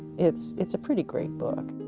it's it's a pretty great book.